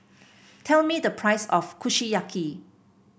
tell me the price of Kushiyaki